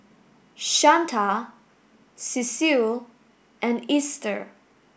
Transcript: Shanta Cecil and Easter